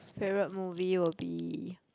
favourite movie will be